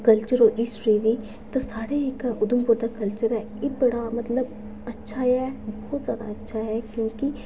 culture होर history दी ते साढ़े इक उधमपुर दा कल्चर ऐ एह् बड़ा मतलब अच्छा ऐ बहुत ज्यादा अच्छा ऐ क्योंकि